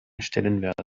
stellenwert